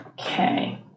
okay